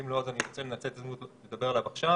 אם לא, אני ארצה לנצל את ההזדמנות לדבר עליו עכשיו